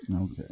Okay